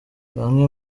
bamwe